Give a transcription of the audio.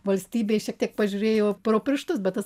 valstybė šiek tiek pažiūrėjo pro pirštus bet tas